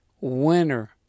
winner